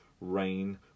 rain